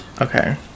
Okay